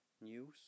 news